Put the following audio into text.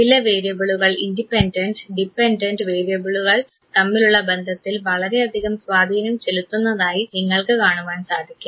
ചില വേരിയബിളുകൾ independent dependent വേരിയബിളുകൾ തമ്മിലുള്ള ബന്ധത്തിൽ വളരെയധികം സ്വാധീനം ചെലുത്തുന്നതായി നിങ്ങൾക്ക് കാണുവാൻ സാധിക്കും